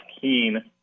keen